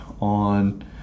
on